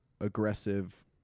aggressive